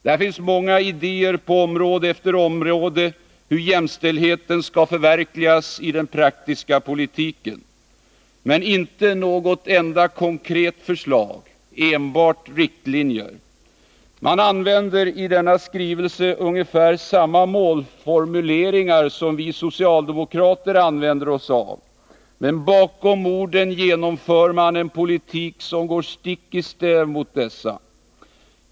Där finns några fina idéer på område efter område om hur jämställdheten skall förverkligas i den praktiska politiken. Men inte något enda konkret förslag — enbart riktlinjer. Man använder i denna skrivelse ungefär samma målformuleringar som vi socialdemokrater använder oss av, men bakom orden genomför man en politik som går stick i stäv mot dessa.